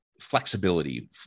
flexibility